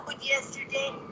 yesterday